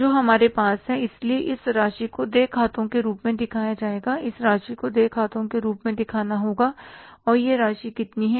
जो हमारे पास है इसलिए इस राशि को देय खातों के रूप में दिखाया जाएगा इस राशि को देय खातों के रूप में दिखाना होगा और यह राशि कितनी है